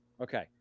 Okay